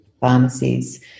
pharmacies